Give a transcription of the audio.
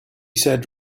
said